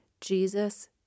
Jesus